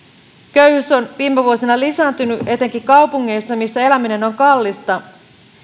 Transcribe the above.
köyhyys on viime vuosina lisääntynyt etenkin kaupungeissa missä eläminen on kallista